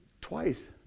Twice